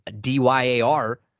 DYAR